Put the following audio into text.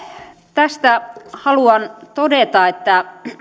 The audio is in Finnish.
tästä haluan todeta että